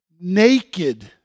naked